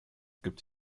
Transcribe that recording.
gibt